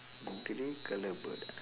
the grey colour bird ah